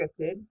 scripted